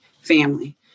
family